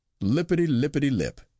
lippity-lippity-lip